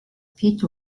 pit